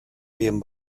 bien